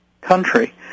country